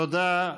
תודה.